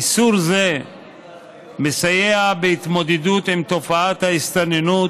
איסור זה מסייע בהתמודדות עם תופעת ההסתננות